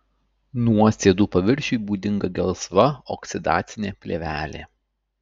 nuosėdų paviršiui būdinga gelsva oksidacinė plėvelė